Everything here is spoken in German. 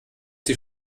die